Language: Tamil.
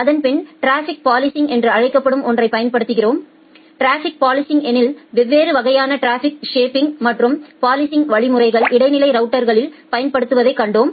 அதன்பின் ட்ராஃபிக் பொலிசிங் என்று அழைக்கப்படும் ஒன்றைப் பயன்படுத்துகிறோம் டிராஃபிக் பொலிசிங் எனில் வெவ்வேறு வகையான டிராபிக் ஷேப்பிங் மற்றும் பொலிசிங் வழிமுறைகள் இடைநிலை ரவுட்டர்களில் பயன்படுத்தப்படுவதைக் கண்டோம்